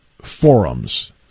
forums